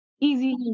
easy